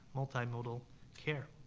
multi-modal care.